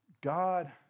God